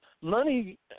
Money